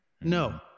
No